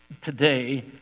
today